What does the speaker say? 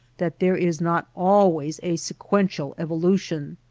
that there is not always a sequential evolution,